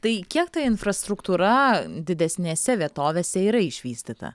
tai kiek ta infrastruktūra didesnėse vietovėse yra išvystyta